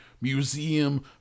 museum